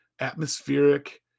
atmospheric